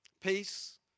peace